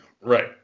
Right